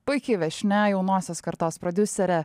puiki viešnia jaunosios kartos prodiuserė